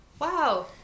Wow